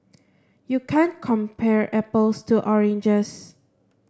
you can't compare apples to oranges